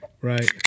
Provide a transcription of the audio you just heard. right